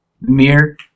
Mirror